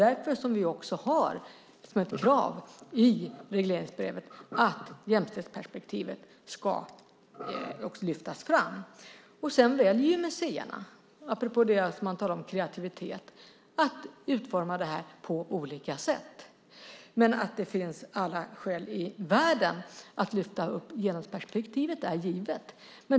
Därför har vi som krav i regleringsbrevet att jämställdhetsperspektivet ska lyftas fram. Museerna väljer att utforma det på olika sätt - på tal om kreativitet. Att det finns alla skäl i världen att lyfta upp genusperspektivet är givet.